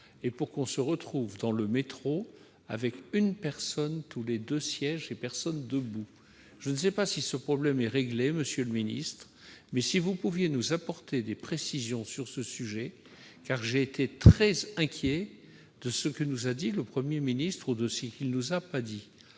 et pour que l'on puisse retrouver dans la rame une personne tous les deux sièges, sans personne debout. Je ne sais pas si ce problème est réglé, monsieur le ministre, mais j'aimerais que vous nous apportiez des précisions sur le sujet, car je suis très inquiet de ce que nous a dit le Premier ministre, ou plutôt de ce qu'il ne nous a pas dit.